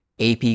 AP